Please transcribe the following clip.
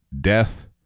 death